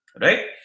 Right